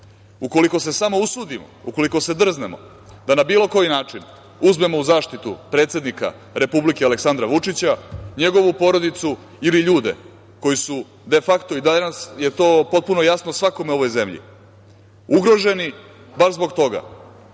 se samo usudimo, ukoliko se drznemo da na bilo koji način uzmemo u zaštitu predsednika Republike Aleksandra Vučića, njegovu porodicu ili ljude koji su de fakto i danas je to potpuno jasno svakom u ovoj zemlji ugroženi, baš zbog toga